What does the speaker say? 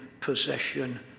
possession